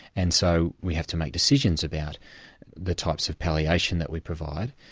and so we have to make decisions about the types of palliation that we provide,